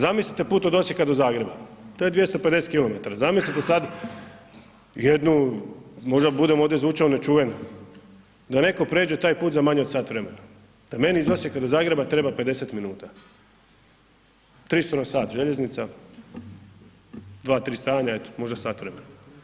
Zamislite put od Osijeka do Zagreba, to je 250 km, zamislite sad jednu, možda budem ovdje zvučao nečuven, da netko pređe taj put za manje od sat vremena, da meni iz Osijeka do Zagreba treba 50 minuta, 300 na sat željeznica, 2-3 stajanja, eto, možda sat vremena.